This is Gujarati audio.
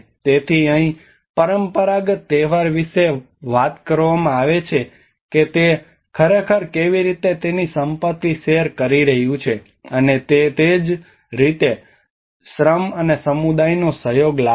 તેથી અહીં પરંપરાગત તહેવાર વિશે પણ વાત કરવામાં આવે છે કે તે ખરેખર કેવી રીતે તેની સંપત્તિ શેર કરી રહ્યું છે અને તે તે જ રીતે શ્રમ અને સમુદાયનો સહયોગ લાવે છે